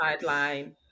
sideline